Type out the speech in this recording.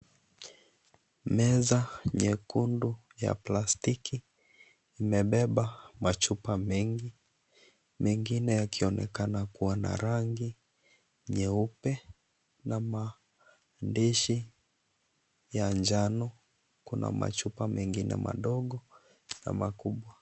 Meza nyekundu ya plastiki, imebeba machupa mengi. Mengine yakionekana kwa na rangi nyeupe na maandishi ya njano. Kuna machupa mengine madogo na makubwa.